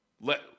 let